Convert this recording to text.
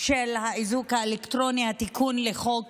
של האיזוק האלקטרוני, התיקון לחוק